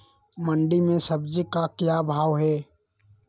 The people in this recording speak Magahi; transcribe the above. मंडी में सब्जी का क्या भाव हैँ?